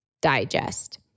Digest